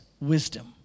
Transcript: wisdom